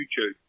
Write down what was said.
YouTube